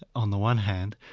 on the one hand,